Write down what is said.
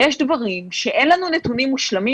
יש לנו דברים שאין לנו נתונים מושלמים.